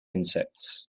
insects